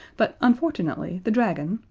but unfortunately the dragon,